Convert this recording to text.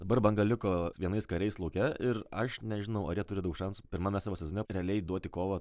dabar banga liko vienais kariais lauke ir aš nežinau ar jie turi daug šansų pirmame savo sezone realiai duoti kovą